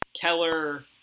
Keller